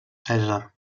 cèsar